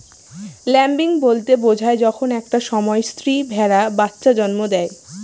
lambing বলতে বোঝায় যখন একটা সময় স্ত্রী ভেড়া বাচ্চা জন্ম দেয়